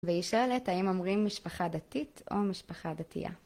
והיא שואלת האם אומרים משפחה דתית או משפחה דתייה.